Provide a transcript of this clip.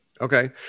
Okay